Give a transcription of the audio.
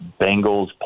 Bengals